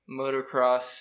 motocross